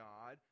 God